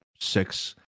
six